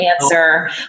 answer